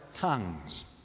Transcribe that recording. tongues